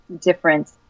different